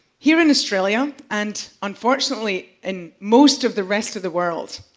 here in australia, and unfortunately in most of the rest of the world,